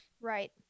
Right